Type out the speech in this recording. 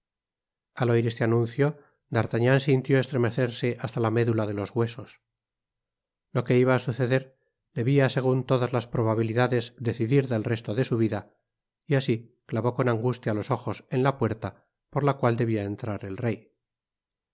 al oir este anuncio d'artagnan sintió estremecerse hasta la médula de los huesos lo que iba á suceder debia segun todas las probabilidades decidir del resto de su vida y así clavó con angustia los ojos en la puerta por la cual debia entrar el rey